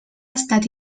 estat